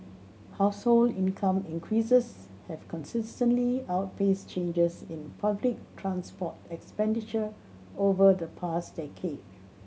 household income increases have consistently outpaced changes in public transport expenditure over the past decade